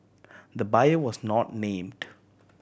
the buyer was not named